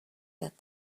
that